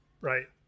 Right